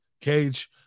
cage